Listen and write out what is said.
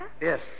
Yes